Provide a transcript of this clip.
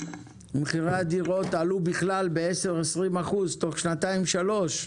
ומחירי הדירות עלו ב-10%-20% תוך בשנתיים שלוש האחרונות.